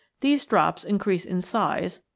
these drops increase in size,